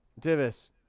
Divis